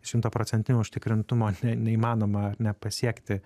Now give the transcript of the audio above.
šimtaprocentinio užtikrintumo neįmanoma ar ne pasiekti